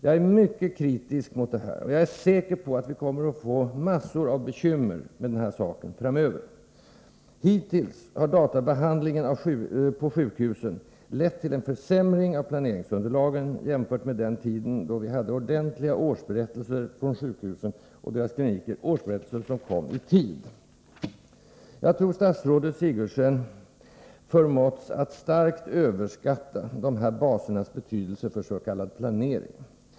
Jag är mycket kritisk mot detta, och jag är säker på att vi kommer att få mängder av bekymmer med den här registreringen framöver. Hittills har databehandlingen på sjukhusen lett till en försämring av planeringsunderlagen jämfört med den tid då vi hade ordentliga årsberättelser från sjukhusen och deras kliniker — årsberättelser som dessutom kom i tid. Jag tror att statsrådet Sigurdsen förmåtts att starkt överskatta databasernas betydelse för s.k. planering.